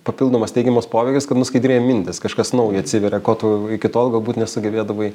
papildomas teigiamas poveikis kad nuskaidrėja mintys kažkas naujo atsiveria ko tu iki tol galbūt nesugebėdavai